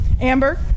Amber